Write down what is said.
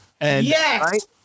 Yes